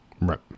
Right